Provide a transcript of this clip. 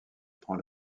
prend